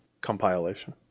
Compilation